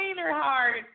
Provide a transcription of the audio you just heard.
hard